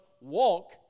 walk